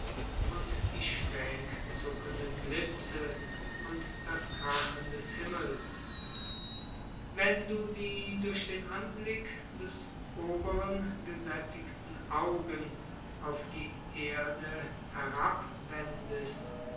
und die schräg zuckenden blitze und das krachen des himmels wenn du die durch den anblick des oberen gesättigten augen auf die erde herabwendest